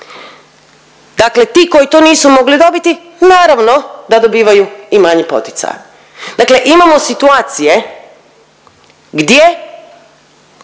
Dakle, ti koji to nisu mogli dobiti naravno da dobivaju i manje poticaja. Dakle, imamo situacije gdje